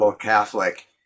Catholic